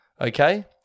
okay